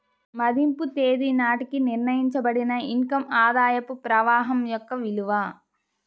మదింపు తేదీ నాటికి నిర్ణయించబడిన ఇన్ కమ్ ఆదాయ ప్రవాహం యొక్క విలువ